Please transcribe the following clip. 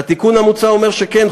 והתיקון המוצע אומר שכן,